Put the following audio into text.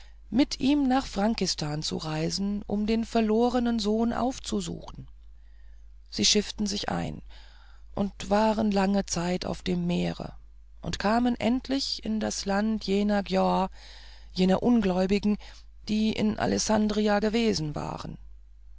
mit ihm nach frankistan zu reisen um den verlorenen sohn aufzusuchen sie schifften sich ein und waren lange zeit auf dem meere und kamen endlich in das land jener giaurs jener ungläubigen die in alessandria gewesen waren